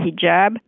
hijab